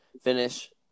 finish